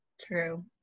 true